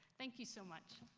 thank you so much.